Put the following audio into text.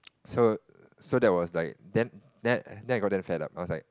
so so that was like then then then I gotten fed up I was like